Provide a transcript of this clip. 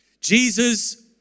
Jesus